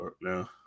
No